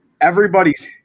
Everybody's